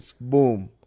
Boom